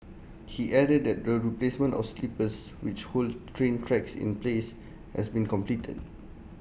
he added that the replacement of sleepers which hold train tracks in place has been completed